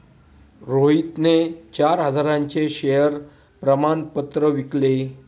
रोहितने चार हजारांचे शेअर प्रमाण पत्र विकले